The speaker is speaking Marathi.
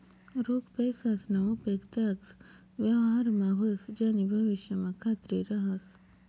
रोख पैसासना उपेग त्याच व्यवहारमा व्हस ज्यानी भविष्यमा खात्री रहास